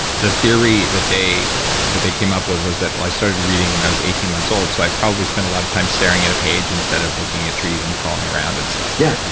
the theory that they that they came up with was that i started reading when i was eighteen months old, so i probably spent a lot of time staring at a page instead of looking at trees and crawling around, and stuff yeah.